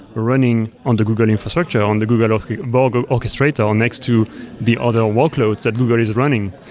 running on the google infrastructure, on the google ah the but google orchestrator and next to the other workloads that google is running.